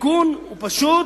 התיקון הוא פשוט,